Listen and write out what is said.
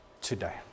today